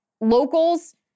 Locals